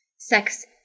sex